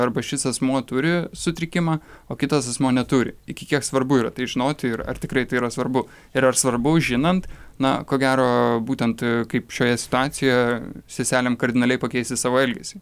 arba šis asmuo turi sutrikimą o kitas asmuo neturi iki kiek svarbu yra tai žinoti ir ar tikrai tai yra svarbu ir ar svarbu žinant na ko gero būtent kaip šioje situacijoje seselėm kardinaliai pakeisti savo elgesį